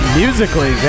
musically